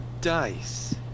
DICE